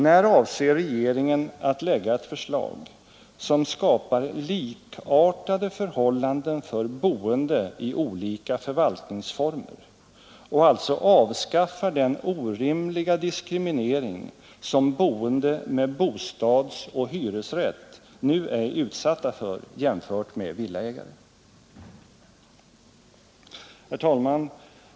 När avser regeringen att lägga ett förslag som skapar likartade förhållanden för boende i olika förvaltningsformer och alltså avskaffar den orimliga diskriminering som boende med bostadsoch hyresrätt nu är utsatta för jämfört med villaägare? Herr talman!